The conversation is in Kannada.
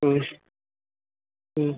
ಹ್ಞೂ ಹ್ಞೂ